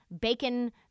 bacon